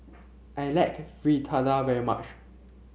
I like Fritada very much